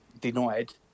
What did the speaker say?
denied